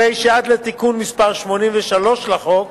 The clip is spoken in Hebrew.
הרי עד לתיקון מס' 83 לחוק